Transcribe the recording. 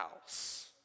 house